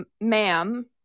ma'am